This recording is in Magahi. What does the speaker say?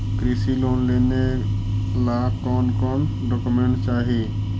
कृषि लोन लेने ला कोन कोन डोकोमेंट चाही?